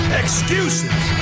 excuses